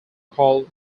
called